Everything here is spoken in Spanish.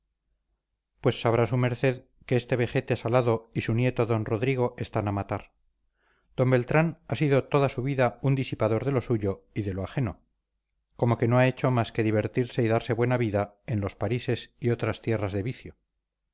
pues sabrá su merced que este vejete salado y su nieto d rodrigo están a matar d beltrán ha sido toda su vida un disipador de lo suyo y de lo ajeno como que no ha hecho más que divertirse y darse buena vida en los parises y otras tierras de vicio